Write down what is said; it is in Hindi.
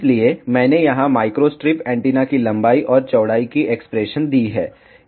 इसलिए मैंने यहां माइक्रो स्ट्रिप एंटीना की लंबाई और चौड़ाई की एक्सप्रेशन दी है